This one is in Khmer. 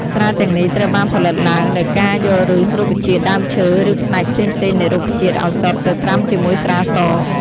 ស្រាទាំងនេះត្រូវបានផលិតឡើងដោយការយកឫស រុក្ខជាតិ ដើមឈើ ឬផ្នែកផ្សេងៗនៃរុក្ខជាតិឱសថទៅត្រាំជាមួយស្រាស។